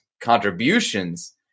contributions